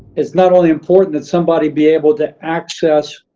it's not only important that somebody be able to access